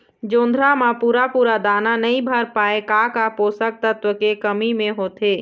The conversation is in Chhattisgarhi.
जोंधरा म पूरा पूरा दाना नई भर पाए का का पोषक तत्व के कमी मे होथे?